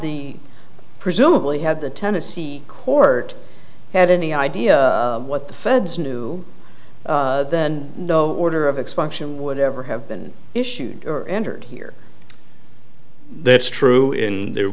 the presumably had the tennessee court had any idea what the feds knew then no order of expansion would ever have been issued are entered here that's true in there